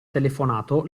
telefonato